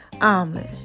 omelet